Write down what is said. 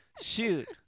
Shoot